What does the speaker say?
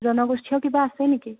জনগোষ্ঠীয় কিবা আছে নেকি